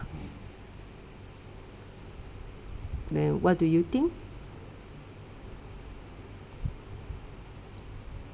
what do you think